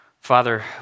Father